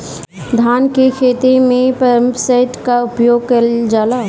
धान के ख़हेते में पम्पसेट का उपयोग कइल जाला?